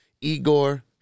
Igor